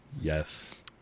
Yes